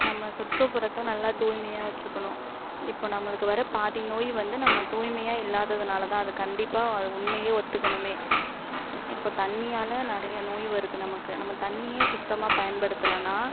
நம்ம சுற்றுப்புறத்தை நல்லா தூய்மையாக வச்சுக்கணும் இப்போ நம்மளுக்கு வர பாதி நோய் வந்து நம்ம தூய்மையாக இல்லாததுனால் தான் அது கண்டிப்பாக அது உண்மையை ஒத்துக்கணுமே இப்போ தண்ணியால் நிறையா நோய் வருது நமக்கு நம்ம தண்ணியே சுத்தமாக பயன்படுத்துலைனா